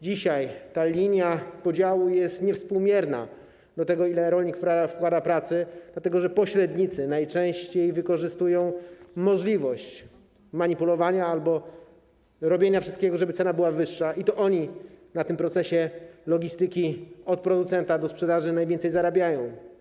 Dzisiaj ta linia podziału jest niewspółmierna do tego, ile rolnik wkłada w to pracy, dlatego że pośrednicy najczęściej wykorzystują możliwość manipulowania albo robienia wszystkiego, żeby cena była wyższa, i to oni na tym procesie logistyki od producenta do sprzedaży najwięcej zarabiają.